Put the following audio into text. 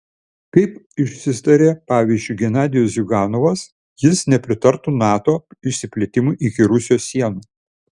kaip išsitarė pavyzdžiui genadijus ziuganovas jis nepritartų nato išsiplėtimui iki rusijos sienų